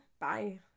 Bye